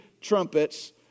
trumpets